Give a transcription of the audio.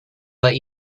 let